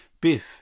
Biff